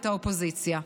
את האופוזיציה.